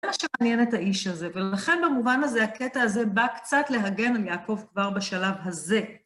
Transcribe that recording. זה מה שמעניין את האיש הזה, ולכן במובן הזה, הקטע הזה בא קצת להגן על יעקב כבר בשלב הזה.